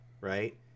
right